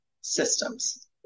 systems